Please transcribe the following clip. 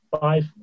five